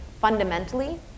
fundamentally